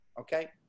Okay